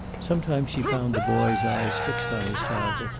some times she found the boy's eyes fixed on his father,